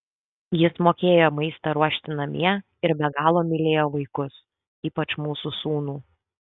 jis mokėjo maistą ruošti namie ir be galo mylėjo vaikus ypač mūsų sūnų